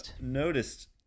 noticed